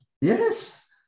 Yes